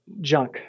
junk